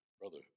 Brother